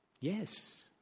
Yes